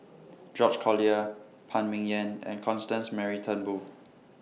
George Collyer Phan Ming Yen and Constance Mary Turnbull